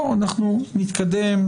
בואו נתקדם,